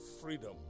freedom